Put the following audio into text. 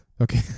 Okay